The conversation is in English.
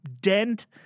dent –